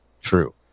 true